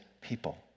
people